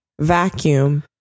vacuum